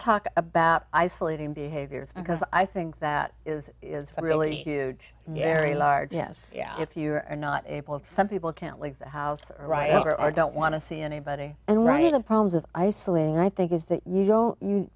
talk about isolating behaviors because i think that is a really huge yairi large yes if you are not able to some people can't leave the house or writer or don't want to see anybody and writing the problems of isolating i think is that you don't